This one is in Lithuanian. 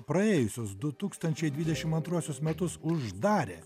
praėjusius du tūkstančiai dvidešim antruosius metus uždarė